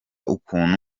ukuntu